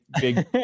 big